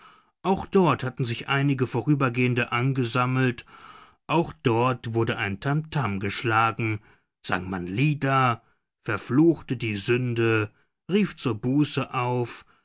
auch dort hatten sich einige vorübergehende angesammelt auch dort wurde ein tamtam geschlagen sang man lieder verfluchte die sünde rief zur buße auf